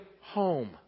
home